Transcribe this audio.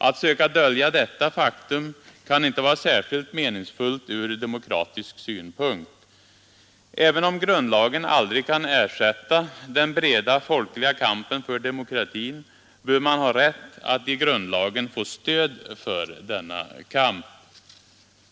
Att söka dölja detta faktum kan inte vara särskilt meningsfullt ur demokratisk synpunkt. Även om grundlagen aldrig kan ersätta den breda folkliga kampen för demokratin bör man ha rätt att i grundlagen få stöd för denna kamp.